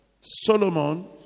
Solomon